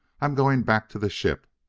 i'm going back to the ship.